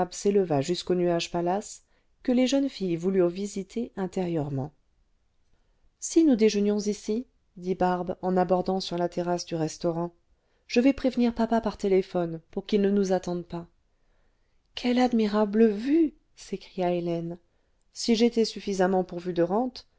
s'éleva jusqu'au nuage palace que les jeunes filles voulurent visiter intérieurement si nous déjeunions ici dit barbe en abordant sur la terrasse du restaurant je vais prévenir papa par téléphone pour qu'il ne nous attende pas quelle admirable vue s'écria hélène si j'étais suffisamment pourvue de rentes